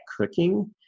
cooking